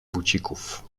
bucików